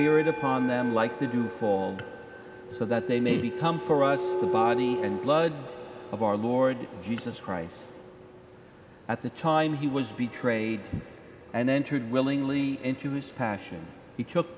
there is upon them like to do for all so that they may become for us the body and blood of our lord jesus christ at the time he was betrayed and entered willingly into his passion he took